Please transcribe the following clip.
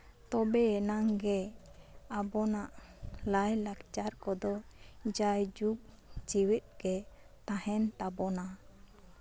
ᱛᱚᱵᱮ ᱭᱟᱱᱟᱝ ᱜᱮ ᱟᱵᱚᱱᱟᱜ ᱞᱟᱭᱼᱞᱟᱠᱪᱟᱨ ᱠᱚᱫᱚ ᱡᱟᱭᱡᱩᱜᱽ ᱡᱮᱣᱭᱮᱫ ᱜᱮ ᱛᱟᱦᱮᱱ ᱛᱟᱵᱳᱱᱟ